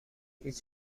هیچ